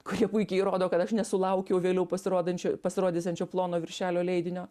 kurie puikiai įrodo kad aš nesulaukiau vėliau pasirodančio pasirodysiančio plono viršelio leidinio